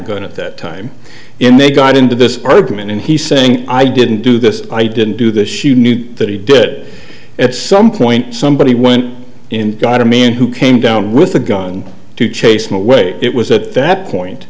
gun at that time in they got into this argument and he's saying i didn't do this i didn't do this she knew that he did it at some point somebody went in got a man who came down with a gun to chase him away it was at that point